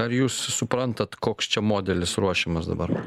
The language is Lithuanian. ar jūs suprantat koks čia modelis ruošiamas dabar